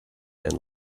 and